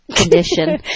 condition